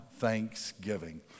Thanksgiving